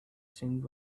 seemed